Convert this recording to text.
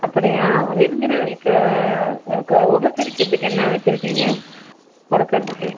அப்படியா விருந்தினர்களுக்கு க உபசரிக்கிறதுக்கு என்ன வச்சுருக்கீங்க கொடுக்கறதுக்கு